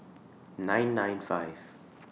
nine nine five